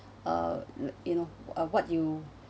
uh you know uh what you